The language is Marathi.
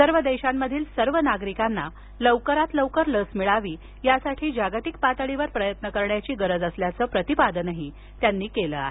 सर्व देशांमधील सर्व नागरिकांना लवकरात लवकर लस मिळावी यासाठी जागतिक पातळीवर प्रयत्न करण्याची गरज असल्याचं प्रतिपादनही त्यांनी केलं आहे